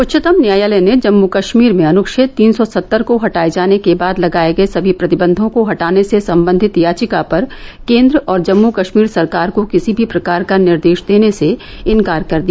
उच्चतम न्यायालय ने जम्मू कश्मीर में अनुच्छेद तीन सौ सत्तर को हटाये जाने के बाद लगाये गये सभी प्रतिबंधों को हटाने से संबंधित याचिका पर केन्द्र और जम्मू कश्मीर सरकार को किसी भी प्रकार का निर्देश देने से इंकार कर दिया